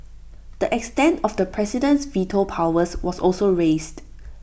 the extent of the president's veto powers was also raised